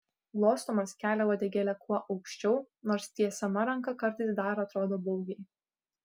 glostomas kelia uodegėlę kuo aukščiau nors tiesiama ranka kartais dar atrodo baugiai